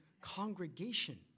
congregation